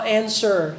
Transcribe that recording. answer